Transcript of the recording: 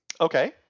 Okay